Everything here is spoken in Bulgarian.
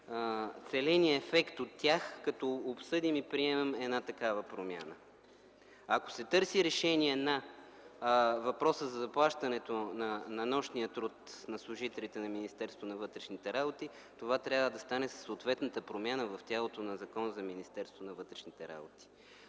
целения ефект от тях, като обсъдим и приемем една такава промяна. Ако се търси решение на въпроса за заплащането на нощния труд на служителите на Министерството на вътрешните работи, това трябва да стане със съответната промяна в тялото на Закона за Министерството на вътрешните работи.